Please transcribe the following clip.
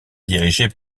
dirigée